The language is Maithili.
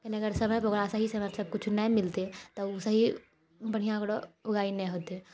समयपर ओकरा सही समयपर सब किछु नहि मिलतै तऽ ओ सही बढ़िआँ ओकरो उगाइ नहि हेतै